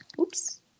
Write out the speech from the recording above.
Oops